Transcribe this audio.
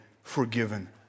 forgiven